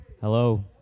Hello